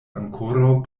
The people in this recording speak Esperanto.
ankoraŭ